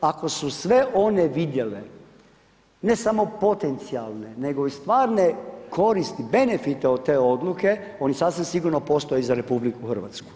Ako su sve one vidjele ne samo potencijalne nego i stvarne koristi, benefite od te odluke oni sasvim sigurno postoje i za RH.